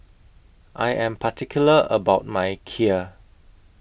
I Am particular about My Kheer